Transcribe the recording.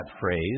phrase